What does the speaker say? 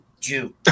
Jew